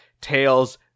Tails